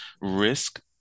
risk